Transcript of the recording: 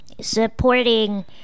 supporting